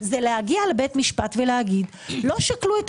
זה להגיע לבית המשפט ולומר: לא שקלו את